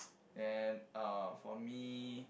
and uh for me